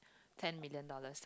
ten million dollars